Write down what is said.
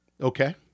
Okay